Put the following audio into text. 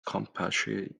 compatriot